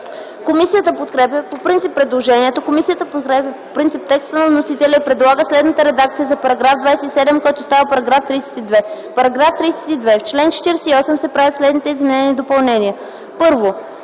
Комисията подкрепя по принцип предложението. Комисията подкрепя по принцип текста на вносителя и предлага следната редакция за § 27, който става § 32: „§ 32. В чл. 48 се правят следните изменения и допълнения: